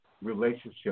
relationship